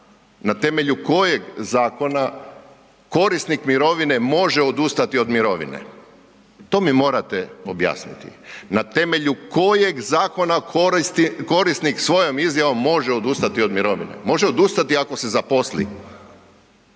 na temelju kojeg zakona korisnik može odustati od mirovine. To mi morate objasniti na temelju kojeg zakona korisnik svojom izjavom može odustati od mirovine. Može odustati ako se zaposli.